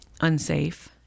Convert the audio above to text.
unsafe